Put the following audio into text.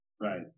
Right